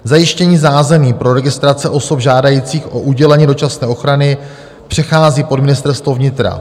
Zajištění zázemí pro registrace osob žádajících o udělení dočasné ochrany přechází pod Ministerstvo vnitra.